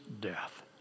death